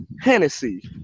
Hennessy